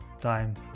time